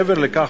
מעבר לכך,